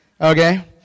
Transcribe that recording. Okay